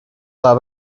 war